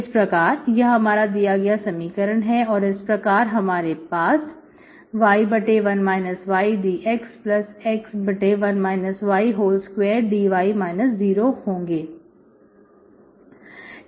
इस प्रकार यह हमारा दिया गया समीकरण है और इस प्रकार हमारे पास y1 y dxx1 y2 dy0 होंगे